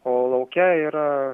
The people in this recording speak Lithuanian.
o lauke yra